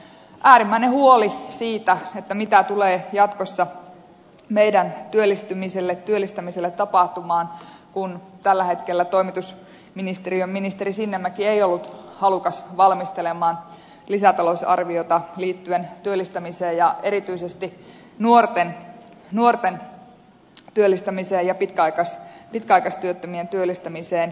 äärimmäinen huoli on siitä mitä tulee jatkossa meidän työllistämiselle tapahtumaan kun tällä hetkellä toimitusministeriön ministeri sinnemäki ei ollut halukas valmistelemaan lisätalousarviota liittyen työllistämiseen ja erityisesti nuorten työllistämiseen ja pitkäaikaistyöttömien työllistämiseen